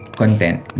content